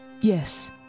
yes